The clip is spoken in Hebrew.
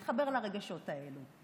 להתחבר לרגשות האלה,